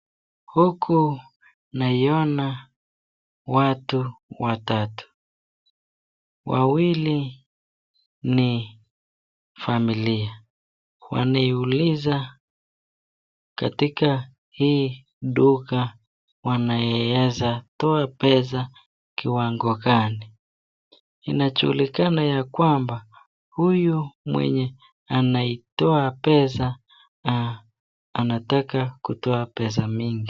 Huku naiona watu watatu. wawili ni familia. Wanauliza katika hii duka wanayeza toa pesa kiwango gani. Inajulikana ya kwamba huyu mwenye anayeza toa pesa, anataka kutoa pesa mingi.